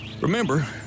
Remember